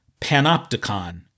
Panopticon